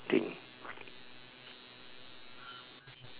thing